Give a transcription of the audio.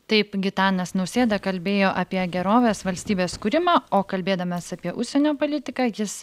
taip gitanas nausėda kalbėjo apie gerovės valstybės kūrimą o kalbėdamas apie užsienio politiką jis